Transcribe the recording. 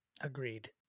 Agreed